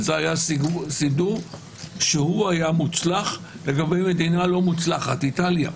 זה סידור שהיה מוצלח לגבי מדינה לא מוצלחת איטליה.